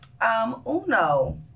Uno